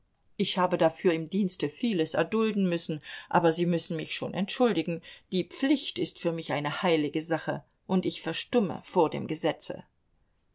ich habe zwar dafür im dienste vieles erdulden müssen aber sie müssen mich schon entschuldigen die pflicht ist für mich eine heilige sache und ich verstumme vor dem gesetze